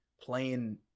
playing